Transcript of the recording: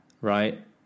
right